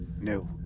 No